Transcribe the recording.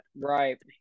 right